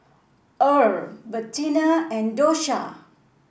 Earle Bettina and Dosha